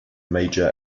major